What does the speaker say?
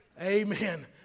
Amen